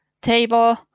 table